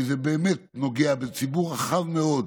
כי זה באמת נוגע בציבור רחב מאוד.